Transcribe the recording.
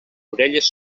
orelles